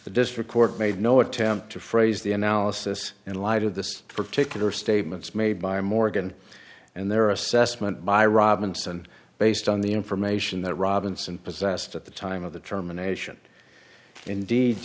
the district court made no attempt to phrase the analysis in light of this particular statements made by morgan and their assessment by robinson based on the information that robinson possessed at the time of